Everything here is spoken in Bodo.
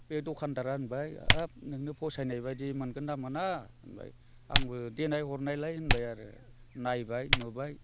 बे दखानदारा होनबाय हाब नोंनो फसायनाय बायदि मोनगोन ना मोना होनबाय आंबो देनाय हरनायलाय होनबाय आरो नायबाय नुबाय